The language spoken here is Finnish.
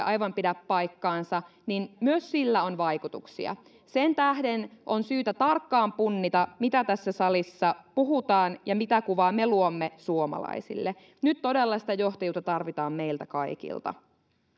aivan pidä paikkaansa niin myös sillä on vaikutuksia sen tähden on syytä tarkkaan punnita mitä tässä salissa puhutaan ja mitä kuvaa me luomme suomalaisille nyt todella sitä johtajuutta tarvitaan meiltä kaikilta